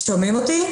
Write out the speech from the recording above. נטלי,